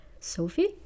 Sophie